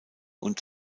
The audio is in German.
und